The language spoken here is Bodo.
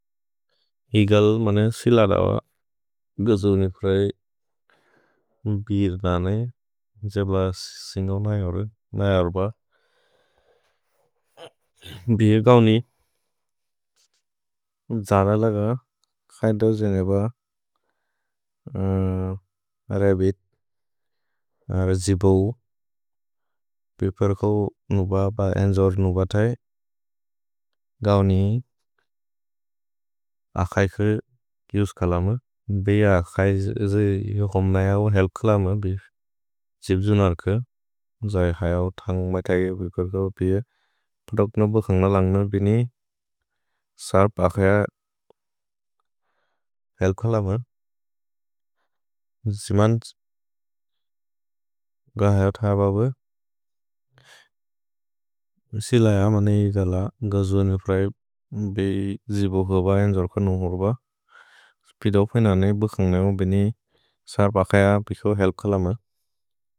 इगल् मने सिल दौअ, गजुनि प्रए बीर् दाने, जेब सिन्गो नैअ ओर्ब। भीर् गौनि जर लग, खैदौ जेनेब रबित्, जिबो। पिपर्को नुब ब एन्जोर् नुब तए। गौनि अकैक इउस्कल म, बेअ अकैज होम् नैअ ओर् हेल्प कल म, बीफ्। त्सेब् जुनर्क, जैहैऔ थन्ग् मैतगि बीकर् कब, बीअ। तोतक् नुब खन्ग लन्ग, बिनि सर्प् अकैअ हेल्प कल म। जिमन् गहैऔ थब ब, सिल इअ मने इगल। गजुनि प्रए बी जिबो होब, एन्जोर्क नुब ओर्ब। स्पिदौ पिन ने, बिखन्ग नेउ, बिनि सर्प् अकैआ पिखो हेल्प कल म।